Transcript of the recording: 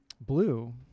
blue